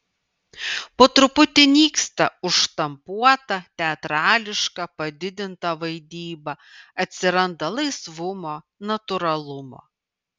po truputį nyksta užštampuota teatrališka padidinta vaidyba atsiranda laisvumo natūralumo